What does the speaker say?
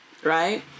Right